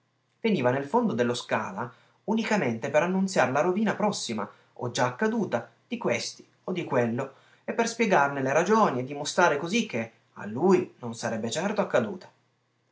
veniva nel fondo dello scala unicamente per annunziar la rovina prossima o già accaduta di questo o di quello e per spiegarne le ragioni e dimostrare così che a lui non sarebbe certo accaduta